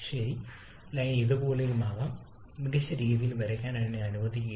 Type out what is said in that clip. ശരി ലൈൻ ഇതുപോലെയാകാം മികച്ച രീതിയിൽ വരയ്ക്കാൻ എന്നെ അനുവദിക്കുക